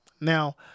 Now